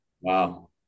Wow